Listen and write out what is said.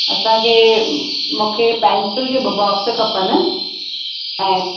असांखे मूंखे पेंसिल जा ॿ बोक्स खपनि ऐं